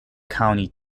county